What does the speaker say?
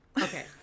Okay